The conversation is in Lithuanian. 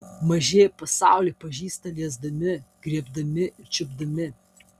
mažieji pasaulį pažįsta liesdami griebdami ir čiupdami